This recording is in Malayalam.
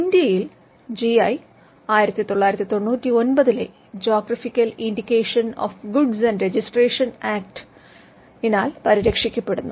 ഇന്ത്യയിൽ ജി ഐ 1999 ലെ geographical indication of goods registration and protection ആക്ടിനാൽ പരിരക്ഷിക്കപ്പെടുന്നു